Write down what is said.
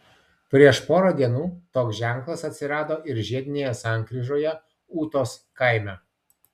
prieš porą dienų toks ženklas atsirado ir žiedinėje sankryžoje ūtos kaime